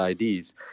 IDs